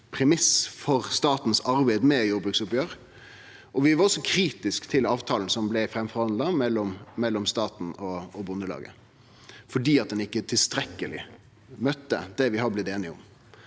premiss for statens arbeid med jordbruksoppgjer. Vi var også kritiske til avtalen som blei framforhandla mellom staten og Bondelaget, fordi han ikkje tilstrekkeleg møtte det vi hadde blitt einige om.